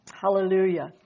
Hallelujah